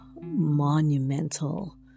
monumental